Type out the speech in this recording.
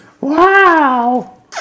Wow